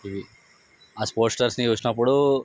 ఆ స్పోర్ట్స్ లటి వచ్చినప్పుడు